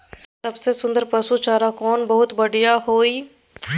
सबसे सुन्दर पसु चारा कोन बहुत बढियां होय इ?